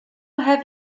have